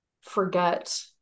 forget